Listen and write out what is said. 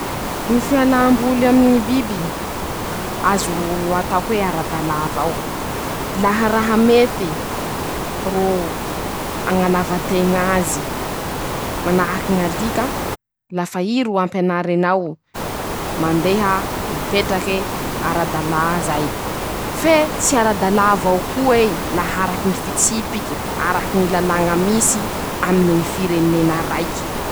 Ñy fialàm-boly aminy ñy biby, azo ho atao hoe ara-dalà avao, laha raha mety, ro añanavan-teñ'azy. Manahaky ñ'alika lafa ii ro ampianarinao, mandeha, mipetrake ara-dalà zay, fe tsy ara-dalà avao ko'ei, laha araky ñy fitsipiky, araky ñy lalàña misy aminy ñy firenena raiky.